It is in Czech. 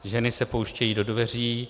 Ženy se pouštějí do dveří.